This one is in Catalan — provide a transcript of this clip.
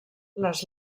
les